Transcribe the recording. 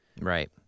Right